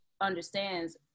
understands